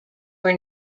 were